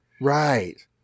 Right